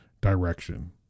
direction